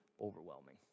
overwhelming